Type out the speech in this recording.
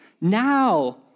Now